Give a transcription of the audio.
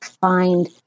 find